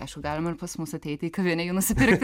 aišku galima ir pas mus ateiti į kavinę jų nusipirkti